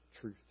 truth